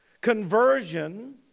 Conversion